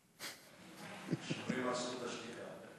שומרים על זכות השתיקה.